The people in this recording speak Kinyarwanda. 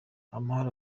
amahoro